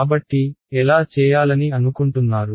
కాబట్టి ఎలా చేయాలని అనుకుంటున్నారు